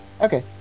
Okay